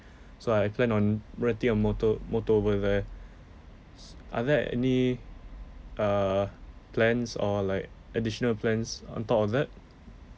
so I plan on renting a motor motor over there are there any err plans or like additional plans on top of that